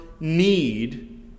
need